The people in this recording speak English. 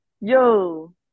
Yo